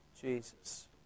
Jesus